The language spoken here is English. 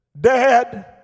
Dad